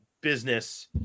business